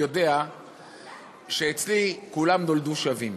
יודע שאצלי כולם נולדו שווים